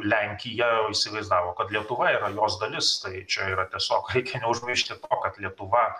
lenkija įsivaizdavo kad lietuva yra jos dalis tai čia yra tiesiog reikia neužmiršti to kad lietuva